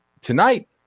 tonight